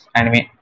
anime